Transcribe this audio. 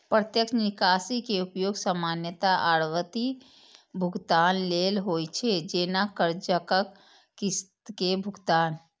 प्रत्यक्ष निकासी के उपयोग सामान्यतः आवर्ती भुगतान लेल होइ छै, जैना कर्जक किस्त के भुगतान